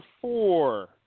four